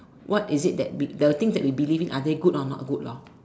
what is it that the things that we believe in are they good or not good lor